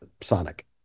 Sonic